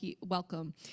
welcome